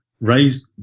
raised